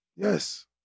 Yes